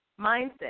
Mindset